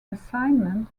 assignment